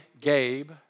Gabe